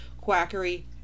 quackery